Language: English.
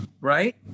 right